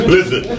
Listen